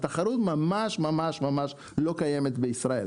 התחרות ממש ממש לא קיימת בישראל.